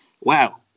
wow